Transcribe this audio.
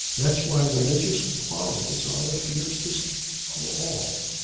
that's why religious quarrels are the fiercest of all.